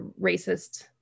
racist